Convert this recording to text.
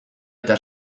eta